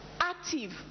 active